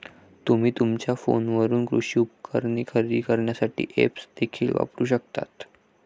तुम्ही तुमच्या फोनवरून कृषी उपकरणे खरेदी करण्यासाठी ऐप्स देखील वापरू शकता